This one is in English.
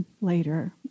later